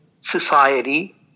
society